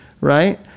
right